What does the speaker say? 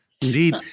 indeed